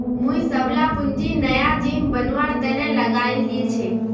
मुई सबला पूंजी नया जिम बनवार तने लगइ दील छि